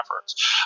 efforts